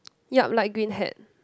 yup light green hat